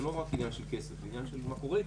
זה לא רק עניין של כסף זה עניין של מה קורה איתן.